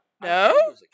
No